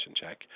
check